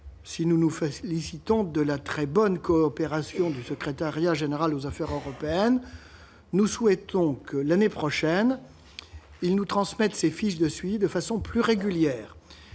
si nous nous félicitons de la très bonne coopération du secrétariat général aux affaires européennes, nous souhaitons qu'il nous transmette l'année prochaine ses fiches de suivi de façon plus régulière,